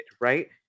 Right